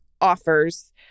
offers